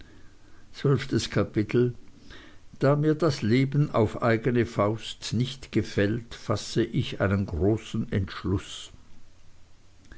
zwölftes kapitel da mir das leben auf eigene faust nicht gefällt fasse ich einen großen entschluß